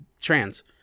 trans